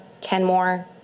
Kenmore